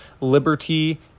liberty